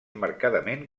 marcadament